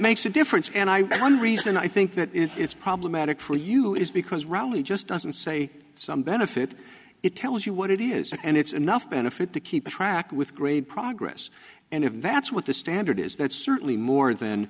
makes a difference and i can reason i think that it's problematic for you is because wrongly just doesn't say some benefit it tells you what it is and it's enough benefit to keep track with great progress and if that's what the standard is that's certainly more than